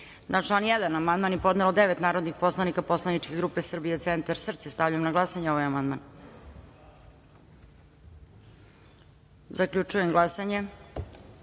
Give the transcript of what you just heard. član 1. amandman je podnelo devet narodnih poslanika Poslaničke grupe Srbija centar – SRCE.Stavljam na glasanje ovaj amandman. Zaključujem glasanje